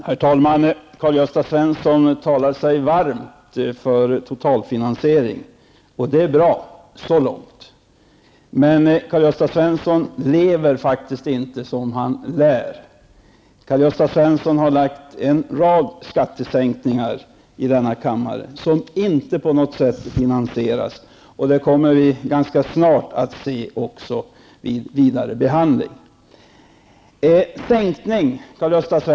Herr talman! Karl-Gösta Svenson talar sig varm för en totalfinansiering -- och så långt är allt bra. Men Karl-Gösta Svenson lever faktiskt inte som han lär. Han har i denna kammare lagt fram en rad förslag om skattesänkningar som inte på något sätt är finansierade. Ganska snart kommer det i samband med vidarebehandlingen av frågor av detta slag att framgå hur det förhåller sig.